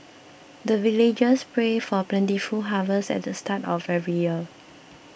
the villagers pray for plentiful harvest at the start of every year